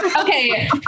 Okay